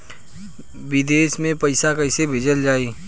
विदेश में पईसा कैसे भेजल जाई?